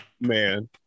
man